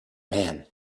man